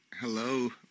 Hello